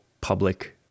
public